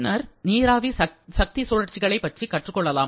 பின்னர் நீராவி சக்தி சுழற்சிகளை பற்றி கற்றுக் கொள்ளலாம்